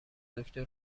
دکتر